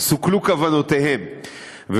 סוכלו כוונותיהם.